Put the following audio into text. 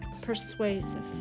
persuasive